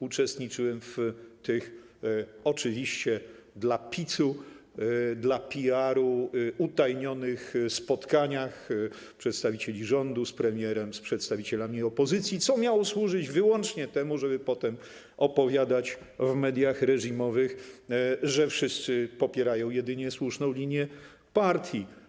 Uczestniczyłem w tych - oczywiście dla picu, dla PR-u - utajnionych spotkaniach przedstawicieli rządu z premierem, z przedstawicielami opozycji, co miało służyć wyłącznie temu, żeby potem w mediach reżimowych opowiadać, że wszyscy popierają jedynie słuszną linię partii.